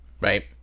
Right